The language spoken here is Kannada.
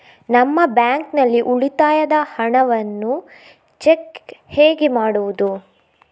ನಮ್ಮ ಬ್ಯಾಂಕ್ ನಲ್ಲಿ ಉಳಿತಾಯದ ಹಣವನ್ನು ಚೆಕ್ ಹೇಗೆ ಮಾಡುವುದು?